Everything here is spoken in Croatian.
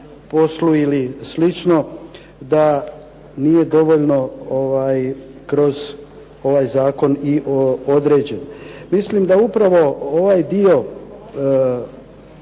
poslu ili sl. da nije dovoljno kroz ovaj zakon i određen. Mislim da upravo ovaj dio